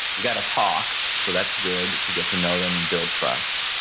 you've got to talk. so that's good to get to know them and build trust,